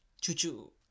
Choo-choo